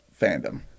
fandom